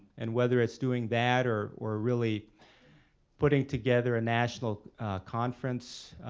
and whether it's doing that or or really putting together a national conference,